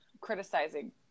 criticizing